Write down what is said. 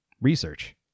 research